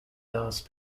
thus